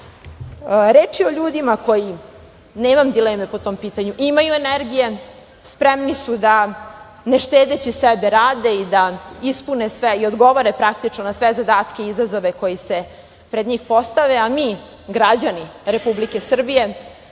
Reč je o ljudima koji, nemam dileme po tom pitanju, imaju energije, spremni su da, ne štedeći sebe, rade i da ispune sve i odgovore praktično na sve zadatke i izazove koji se pred njih postave, a mi, građani Republike Srbije,